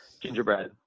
Gingerbread